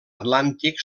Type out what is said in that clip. atlàntic